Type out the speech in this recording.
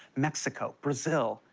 mexico, brazil,